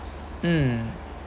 mm